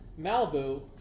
malibu